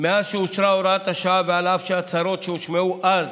מאז שאושרה הוראת השעה, ועל אף ההצהרות שהושמעו אז